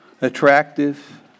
attractive